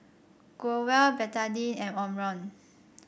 Growell Betadine and Omron